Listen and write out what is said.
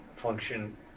function